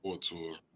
tour